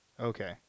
Okay